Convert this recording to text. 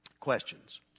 Questions